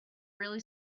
really